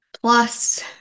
plus